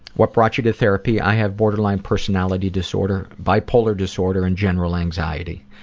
what brought you to therapy? i had borderline personality disorder, bipolar disorder, and general anxiety.